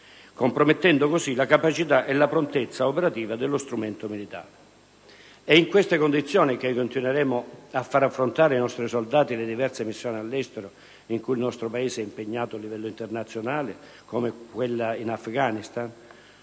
compromettono la capacità e la prontezza operativa dello strumento militare. È in queste condizioni che continueremo a far affrontare ai nostri soldati le diverse missioni all'estero in cui il nostro Paese è impegnato a livello internazionale, come quella in Afghanistan?